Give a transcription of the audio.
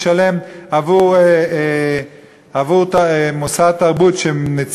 לשלם מס עבור תרבות של בתי-כנסת?